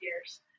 years